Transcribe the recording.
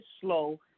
slow